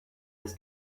his